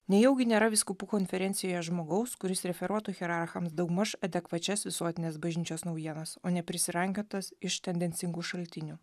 nejaugi nėra vyskupų konferencijoje žmogaus kuris referuotų hierarchams daugmaž adekvačias visuotinės bažnyčios naujienas o ne prisirankiotas iš tendencingų šaltinių